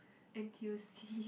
n_t_u_cs